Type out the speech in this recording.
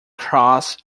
cross